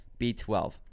b12